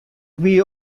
wie